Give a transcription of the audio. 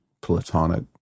Platonic